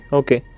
okay